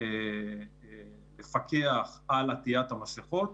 לפקח על עטית המסכות,